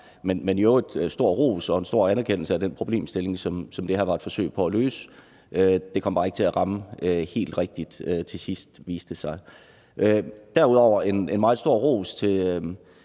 der lyde en stor ros og en stor anerkendelse af den problemstilling, som det her var et forsøg på at løse. Det kom bare ikke til at ramme helt rigtigt til sidst, viste det sig. Derudover skal der lyde